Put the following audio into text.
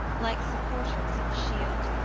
like supporters on a shield,